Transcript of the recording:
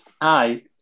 Aye